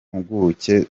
mpuguke